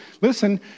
Listen